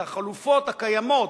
את החלופות הקיימות,